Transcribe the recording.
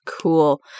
Cool